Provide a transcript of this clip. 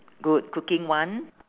good cooking one